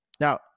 Now